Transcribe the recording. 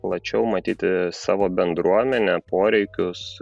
plačiau matyti savo bendruomenę poreikius